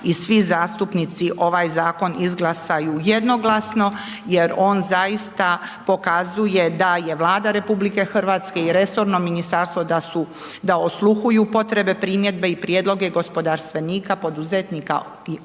i svi zastupnici ovaj zakon izglasaju jednoglasno jer on zaista pokazuje da je Vlada RH i resorno ministarstvo, da su, da osluhuju potrebe, primjedbe i prijedloge gospodarstvenika, poduzetnika i obrtnika